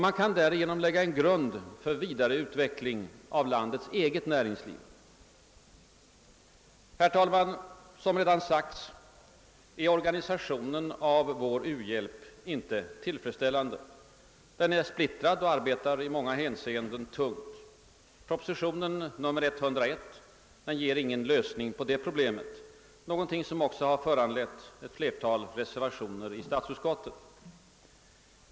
Man kan därigenom lägga en grund för vidareutveckling av landets eget näringsliv. Herr talman! Som tidigare sagts är organisationen av vår u-hjälp inte tillfredsställande. Den är splittrad och arbetar i många hänseenden tungt. Propositionen nr 101 ger ingen lösning på det problemet, någonting som också har föranlett ett flertal reservationer i statsutskottet.